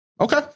Okay